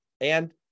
And-